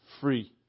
free